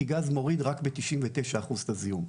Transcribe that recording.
כי גז מוריד רק ב-99% את הזיהום.